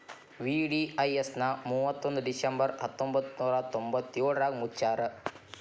VDIS ನ ಮುವತ್ತೊಂದ್ December ಹತ್ತೊಂಬತ್ ನೂರಾ ತೊಂಬತ್ತಯೋಳ್ರಾಗ ಮುಚ್ಚ್ಯಾರ